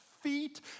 feet